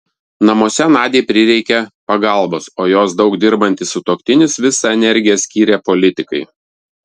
namuose nadiai prireikė pagalbos o jos daug dirbantis sutuoktinis visą energiją skyrė politikai